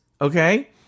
Okay